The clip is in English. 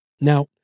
Now